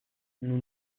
nous